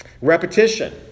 Repetition